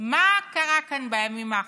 מה קרה כאן בימים האחרונים?